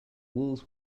walls